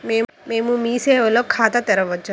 మేము మీ సేవలో ఖాతా తెరవవచ్చా?